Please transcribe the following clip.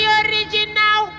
original